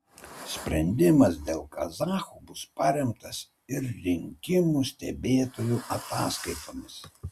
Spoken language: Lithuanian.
sprendimas dėl kazachų bus paremtas ir rinkimų stebėtojų ataskaitomis